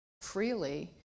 freely